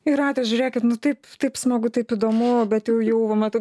jūrate žiūrėkit nu taip taip smagu taip įdomu bet jau jau va matau